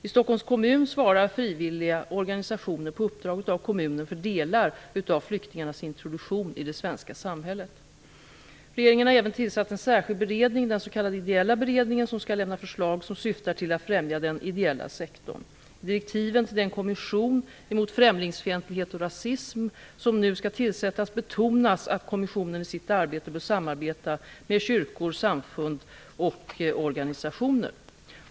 I Stockholms kommun svarar frivilliga organisationer på uppdrag av kommunen för delar av flyktingarnas introduktion i det svenska samhället. Regeringen har även tillsatt en särskild beredning, den s.k. Ideella beredningen, som skall lämna förslag som syftar till att främja den ideella sektorn. I direktiven till den kommission mot främlingsfientlighet och rasism som nu skall tillsättas betonas att kommissionen i sitt arbete bör samarbeta med kyrkor, samfund och organisationer.